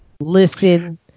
listen